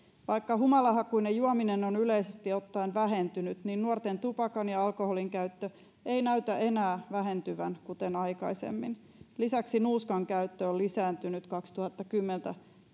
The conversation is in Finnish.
vaikka humalahakuinen juominen on yleisesti ottaen vähentynyt niin nuorten tupakan ja alkoholin käyttö ei näytä enää vähentyvän kuten aikaisemmin lisäksi nuuskan käyttö on lisääntynyt kaksituhattakymmenen